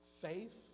Faith